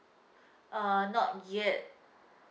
uh not yet